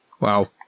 Wow